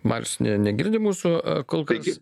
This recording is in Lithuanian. marius negirdi mūsų kol kas